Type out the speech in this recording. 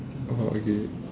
oh okay